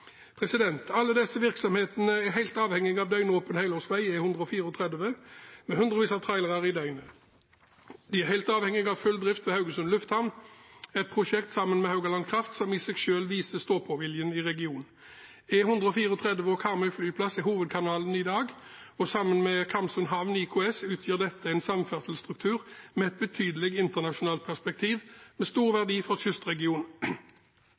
Alle disse virksomhetene er helt avhengig av døgnåpen helårsvei på E134 med hundrevis av trailere i døgnet. De er helt avhengig av full drift ved Haugesund lufthavn, et prosjekt sammen med Haugaland Kraft som i seg selv viser stå-på-viljen i regionen. E134 og Karmøy flyplass er hovedkanalene i dag, og sammen med Karmsund Havn IKS utgjør dette en samferdselsstruktur med et betydelig internasjonalt perspektiv med stor verdi for kystregionen.